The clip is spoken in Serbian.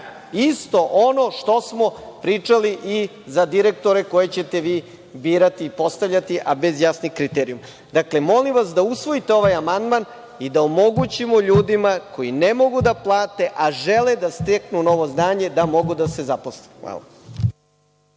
Isto ono što smo pričali i za direktore koje ćete vi birati i postavljati a bez jasnih kriterijuma. Dakle, molim vas da usvojite ovaj amandman i da omogućimo ljudima koji ne mogu da plate, a žele da steknu novo znanje, da mogu da se zaposle. Hvala.